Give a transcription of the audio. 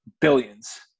billions